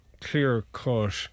clear-cut